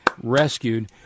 rescued